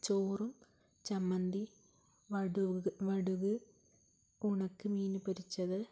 ചോറും ചമ്മന്തി വടുക് ഉണക്കമീൻ പൊരിച്ചത് ഇതൊക്കെയാണ്